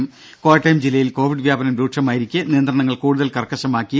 ദേദ കോട്ടയം ജില്ലയിൽ കോവിഡ് വ്യാപനം രൂക്ഷമായിരിക്കെ നിയന്ത്രണങ്ങൾ കൂടുതൽ കർക്കശമാക്കി